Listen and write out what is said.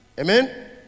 Amen